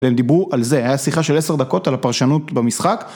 והם דיברו על זה, היה שיחה של עשר דקות על הפרשנות במשחק.